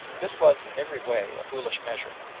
this was in every way a foolish measure.